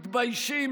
מתביישים,